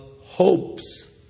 hopes